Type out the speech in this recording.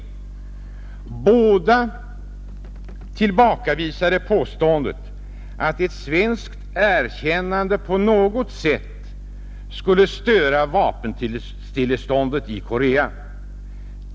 Båda tillbakavisade påståendet att ett svenskt erkännande på något sätt skulle störa vapenstilleståndet i Korea.